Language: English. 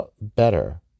better